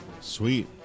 Sweet